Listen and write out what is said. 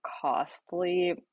costly